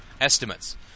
estimates